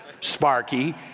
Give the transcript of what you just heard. sparky